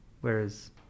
whereas